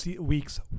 week's